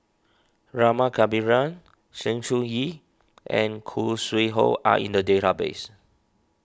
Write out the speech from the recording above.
Rama Kannabiran Sng Choon Yee and Khoo Sui Hoe are in the database